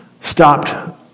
stopped